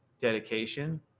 dedication